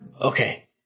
Okay